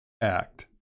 act